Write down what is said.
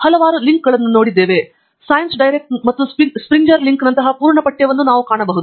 ನಾವು ಹಲವಾರು ಲಿಂಕ್ಗಳನ್ನು ನೋಡಿದ್ದೇವೆ ಅಲ್ಲಿ ಸೈನ್ಸ್ ಡೈರೆಕ್ಟ್ ಮತ್ತು ಸ್ಪ್ರಿಂಗರ್ ಲಿಂಕ್ ನಂತಹ ಪೂರ್ಣ ಪಠ್ಯವನ್ನು ನಾವು ಕಾಣಬಹುದು